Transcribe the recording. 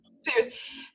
serious